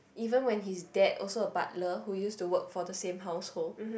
even when his dad also a butler who use to work for the same household